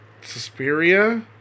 Suspiria